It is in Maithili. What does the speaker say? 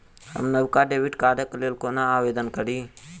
हम नवका डेबिट कार्डक लेल कोना आवेदन करी?